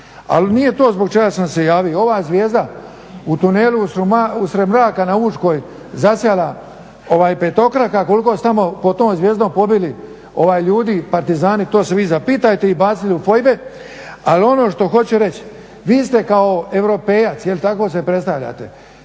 Ali nije to zbog čega sam se javio, ova zvijezda u tunelu usred mraka na Učkoj zasjala petokraka, koliko su tamo pod tom zvijezdom pobili ljudi Partizani, to se vi zapitajte i bacili u fojbe. Ali ono što hoću reći, vi ste kao europejac, je li tako se predstavljate.